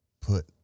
put